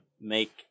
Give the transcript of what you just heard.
make